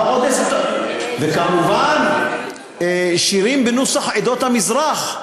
ואי-אפשר להישאר" וכמובן שירים בנוסח עדות המזרח.